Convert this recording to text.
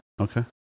okay